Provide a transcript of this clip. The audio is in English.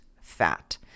fat